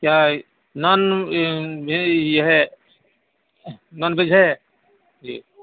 کیا نان یہ ہے نان ویج ہے جی